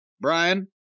Brian